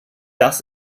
das